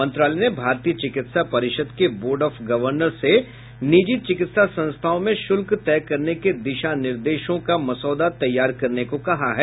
मंत्रालय ने भारतीय चिकित्सा परिषद के बोर्ड ऑफ गवर्नर्स से निजी चिकित्सा संस्थाओं में शुल्क तय करने के दिशा निर्देशों का मसौदा तैयार करने को कहा है